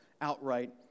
outright